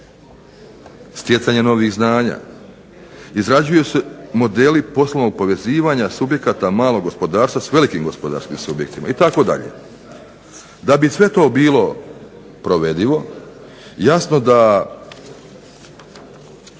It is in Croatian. stjecanje novih znanja, izrađuju se modeli poslovnog povezivanja subjekata malog gospodarstva s velikim gospodarskim subjektima itd. Da bi sve to bilo provedivo jasno da